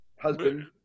husband